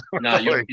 No